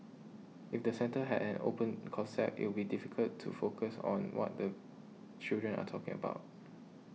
if the centre had an open concept it would difficult to focus on what the children are talking about